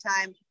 time